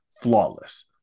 flawless